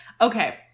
okay